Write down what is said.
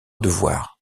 devoir